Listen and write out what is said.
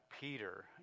Peter